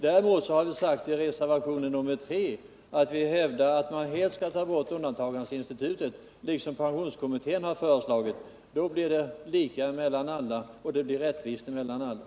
Däremot har vi i reservationen 3 framhållit att man helt bör ta bort undantagsinstitutet såsom pensionskommittén föreslagit. Då blir det lika och rättvist för alla.